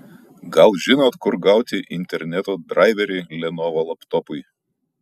gal žinot kur gauti interneto draiverį lenovo laptopui